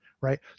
right